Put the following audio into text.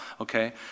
okay